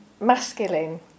masculine